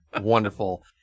Wonderful